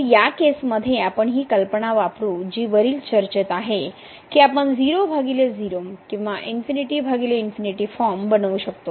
तर या केसमध्ये आपण ही कल्पना वापरु जी वरील चर्चेत आहे की आपण 00 किंवा फॉर्म बनवू शकतो